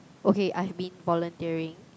okay I've been volunteering